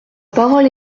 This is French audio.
parole